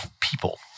people